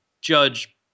Judge